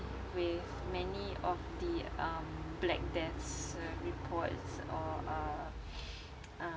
with many of the um black deaths uh report or uh uh